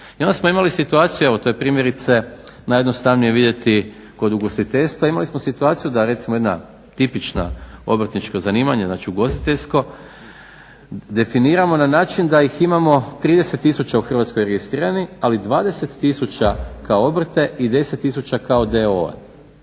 I onda smo imali situaciju, evo to primjerice najjednostavnije vidjeti kod ugostiteljstva, imali smo situaciju da recimo jedno tipično obrtničko zanimanje, znači ugostiteljsko definiramo na način da ih imamo 30 tisuća u Hrvatskoj registriranih, ali 20 tisuća kao obrte i 10 tisuća kao